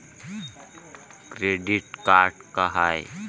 Credit card का हाय?